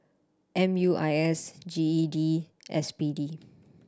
M U I S G E D S B D